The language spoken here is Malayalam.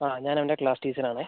ആ ഞാൻ അവൻ്റെ ക്ലാസ് ടീച്ചർ ആണേ